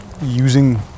using